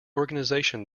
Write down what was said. organisation